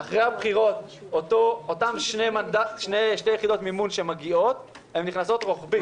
אחרי הבחירות אותן שתי יחידות מימון שמגיעות נכנסות רוחבית,